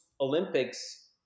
olympics